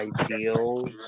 ideal